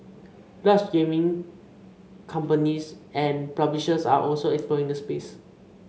larger gaming companies and publishers are also exploring the space